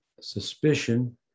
suspicion